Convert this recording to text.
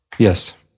Yes